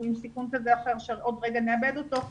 הוא עם סיכון כזה או אחר של עוד רגע נאבד אותו,